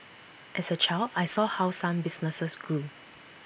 as A child I saw how some businesses grew